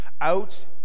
out